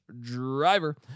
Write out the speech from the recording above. driver